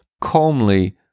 calmly